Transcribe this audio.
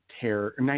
terror